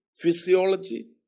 physiology